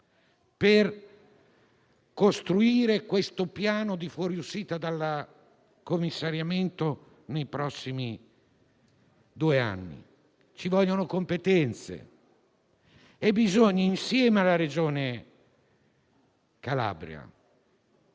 per costruire un piano di fuoriuscita dal commissariamento nei prossimi due anni. Ci vogliono competenze. Insieme alla Regione Calabria